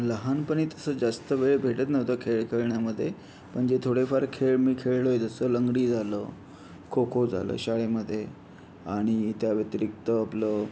लहानपणी तसं जास्त वेळ भेटत नव्हता खेळ खेळण्यामध्ये पण जे थोडेफार खेळ मी खेळलो आहे जसं लंगडी झालं खोखो झालं शाळेमध्ये आणि त्या व्यतिरिक्त आपलं